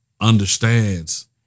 understands